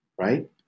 right